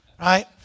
right